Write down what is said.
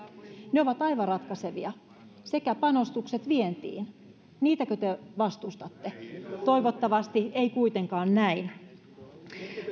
ne ovat aivan ratkaisevia sekä panostuksia vientiin niitäkö te vastustatte toivottavasti ei kuitenkaan näin